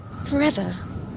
forever